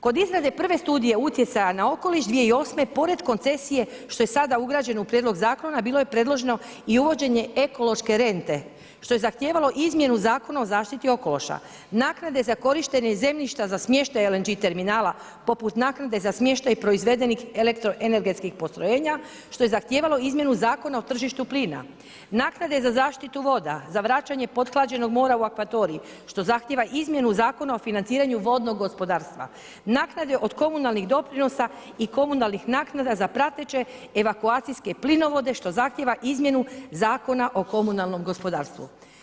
Kod izrade prve studije utjecaja na okoliš 2008. pored koncesije, što je sada ugrađeno u prijedlog zakona, bilo je predloženo i uvođenje ekološke rente, što je zahtijevalo izmjenu zakona o zaštiti okoliša, naknade za korištenje zemljišta za smještaj LNG terminala, poput naknade za smještaj proizvedenih elektroenergetskih postrojenja, što je zahtijevalo izmjenu zakona o tržištu plina, naknade za zaštitu voda, za vraćanje pothlađenog mora u akvatorij, što zahtijeva izmjenu Zakona o financiranju vodnog gospodarstva, naknade od komunalnih doprinosa i komunalnih naknada za prateće evakuacijske plinovode, što zahtijeva izmjenu Zakona o komunalnom gospodarstvu.